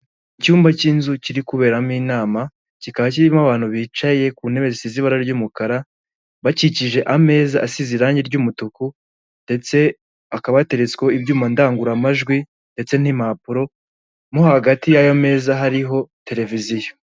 Icyumba cy'inzu kiri kuberamo inama, kikaba kirimo abantu bicaye ku ntebe zisize ibara ry'umukara, bakikije ameza asize irangi ry'umutuku ndetse akaba ateretsweho ibyuma ndangururamajwi ndetse n'impapuro, mo hagati y'aya meza hariho televiziyo.